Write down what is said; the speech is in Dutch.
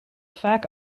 vaak